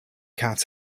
cats